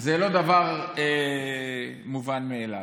זה לא דבר מובן מאליו.